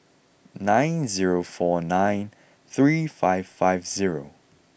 nine zero four nine three five five zero